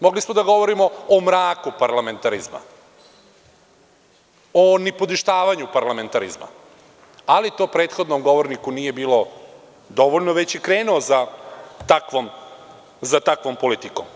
Mogli smo da govorimo o mraku parlamentarizma, o nipodaštavanju parlamentarizma, ali to prethodnom govorniku nije bilo dovoljno već je krenuo za takvom politikom.